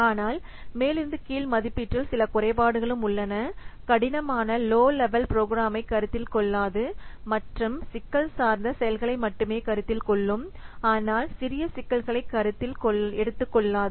ஆனால் மேலிருந்து கீழ் மதிப்பீட்டில் சில குறைபாடுகளும் உள்ளன கடினமான லோ லெவல் ப்ரோக்ராமை கருத்தில் கொள்ளாது மற்றும் சிக்கல் சார்ந்த செயல்களை மட்டுமே கருத்தில் கொள்ளும் ஆனால் சிறிய சிக்கல்களை கருத்தில் எடுத்துக் கொள்ளாது